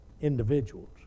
individuals